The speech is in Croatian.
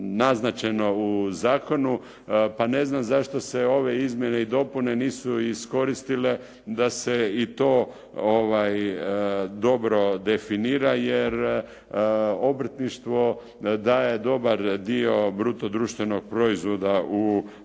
naznačeno u zakonu pa ne znam zašto se ove izmjene i dopune nisu iskoristile da se i to dobro definira, jer obrtništvo daje dobar dio bruto društvenog proizvoda u Republici